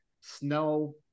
snow